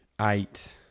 eight